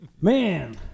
Man